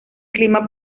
clima